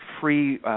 free